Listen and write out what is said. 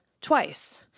twice